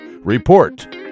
Report